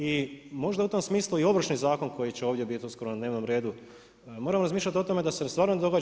I možda u tom smislu i Ovršni zakon koji će ovdje biti uskoro na dnevnom redu, moramo razmišljati o tome da se stvarno događa.